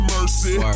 Mercy